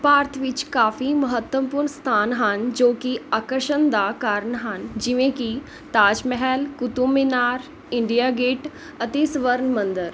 ਭਾਰਤ ਵਿੱਚ ਕਾਫ਼ੀ ਮਹੱਤਵਪੂਰਨ ਸਥਾਨ ਹਨ ਜੋ ਕਿ ਆਕਰਸ਼ਨ ਦਾ ਕਾਰਨ ਹਨ ਜਿਵੇਂ ਕਿ ਤਾਜ ਮਹਿਲ ਕੁਤਬ ਮੀਨਾਰ ਇੰਡੀਆ ਗੇਟ ਅਤੇ ਸਵਰਨ ਮੰਦਰ